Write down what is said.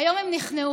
היום הם נכנעו,